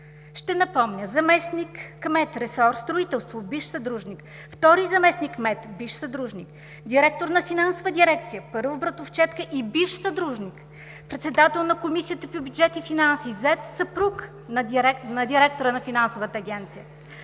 Ще напомня заместник-кмет, ресор „Строителство“ – бивш съдружник, втори заместник-кмет – бивш съдружник, директор на финансова дирекция – първа братовчедка и бивш съдружник, председател на Комисията по бюджет и финанси – зет, съпруг на директора на финансовата агенция.